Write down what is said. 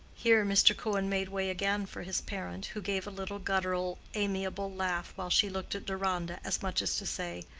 here mr. cohen made way again for his parent, who gave a little guttural, amiable laugh while she looked at deronda, as much as to say,